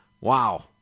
Wow